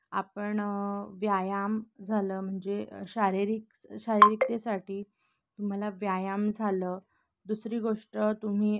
आपण व्यायाम झालं म्हणजे शारीरिक शारीरिकतेसाठी तुम्हाला व्यायाम झालं दुसरी गोष्ट तुम्ही